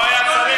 הוא לא היה צריך,